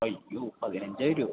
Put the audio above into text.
അയ്യോ പതിനഞ്ചായിരോ